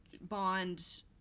Bond